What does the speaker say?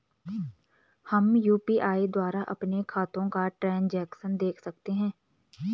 हम यु.पी.आई द्वारा अपने खातों का ट्रैन्ज़ैक्शन देख सकते हैं?